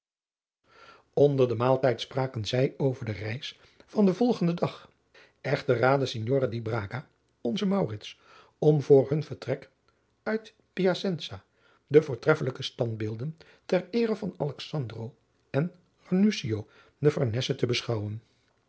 onder den maaltijd spraken zij over de reis van den volgenden dag echter raadde signore di braga onzen maurits om voor hun vertrek uit piacensa de voortreffelijke standbeelden ter eere van alexandro en rannuccio de farnese te beschouwen